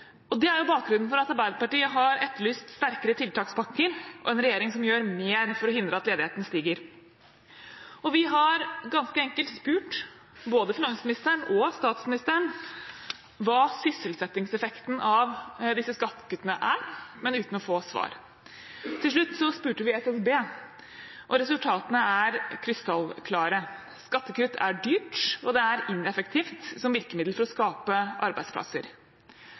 Og det er bakgrunnen for at Arbeiderpartiet har etterlyst sterkere tiltakspakker og en regjering som gjør mer for å hindre at ledigheten stiger. Vi har ganske enkelt spurt både finansministeren og statsministeren hva sysselsettingseffekten av disse skattekuttene er, men uten å få svar. Til slutt spurte vi SSB, og resultatene er krystallklare: Skattekutt er dyrt, og det er ineffektivt som et virkemiddel for å skape arbeidsplasser.